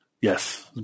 Yes